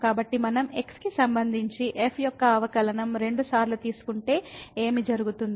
కాబట్టి మనం x కి సంబంధించి f యొక్క అవకలనం రెండుసార్లు తీసుకుంటే ఏమి జరుగుతుంది